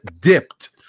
dipped